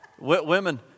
Women